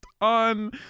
on